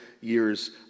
years